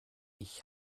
ich